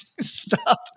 Stop